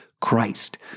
Christ